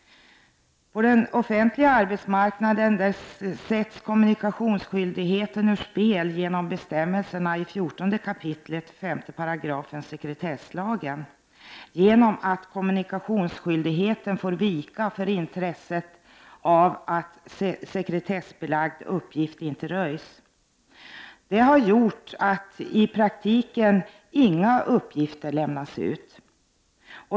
På den offentliga arbetsmarknaden sätts kommunikationsskyldigheten ur spel genom bestämmelserna i 14 kap. 5§ sekretesslagen, som innebär att kommunikationsskyldigheten får vika för intresset av att sekretessbelagd uppgift inte röjs. Detta har i praktiken inneburit att inga uppgifter lämnas ut.